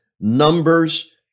Numbers